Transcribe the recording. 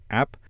app